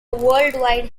worldwide